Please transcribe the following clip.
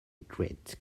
great